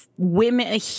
women